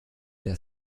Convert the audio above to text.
der